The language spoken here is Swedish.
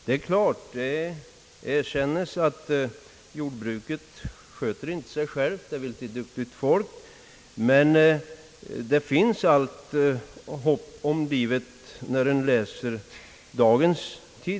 Naturligtvis sköter inte jordbruket sig självt — det vill till duktigt folk. Men när man läser dagens tidningar ser man att det i alla fall finns hopp om livet.